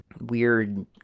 weird